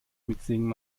mitsingen